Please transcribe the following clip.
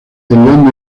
león